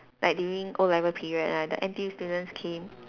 like during O level period ah the N_T_U students came